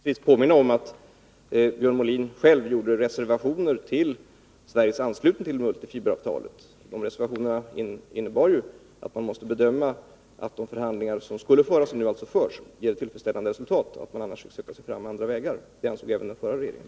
Herr talman! Jag vill bara avslutningsvis påminna om att Björn Molin själv gjorde reservationer när det gällde Sveriges anslutning till multifiberavtalet. De reservationerna innebar ju att man måste bedöma att de förhandlingar som skulle föras — och som nu alltså förs — ger tillfredsställande resultat. Annars skulle man söka sig fram på andra vägar. Det ansåg även den förra regeringen.